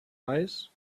reis